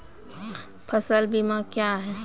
फसल बीमा क्या हैं?